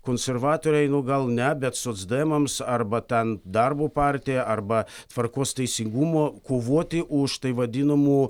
konservatoriai nu gal ne bet socdemams arba tem darbo partija arba tvarkos teisingumo kovoti už tai vadinamų